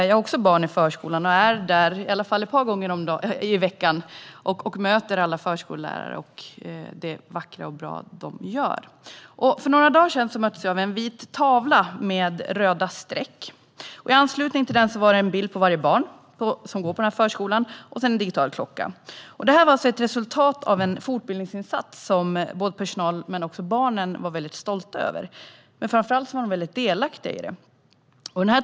Jag har också barn i förskolan och är där ett par dagar i veckan och möter förskollärare och det vackra och goda som de gör. För några dagar sen möttes jag av en vit tavla med röda streck. I anslutning till den var det en bild på varje barn på förskolan och en digital klocka. Det var ett resultat av en fortbildningsinsats som både personalen och barnen var väldigt stolta över och framför allt delaktiga i.